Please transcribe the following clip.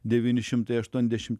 devyni šimtai aštuondešim